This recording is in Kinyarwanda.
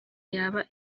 yaba